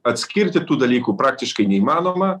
atskirti tų dalykų praktiškai neįmanoma